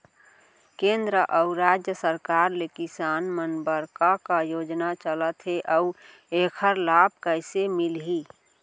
केंद्र अऊ राज्य सरकार ले किसान मन बर का का योजना चलत हे अऊ एखर लाभ कइसे मिलही?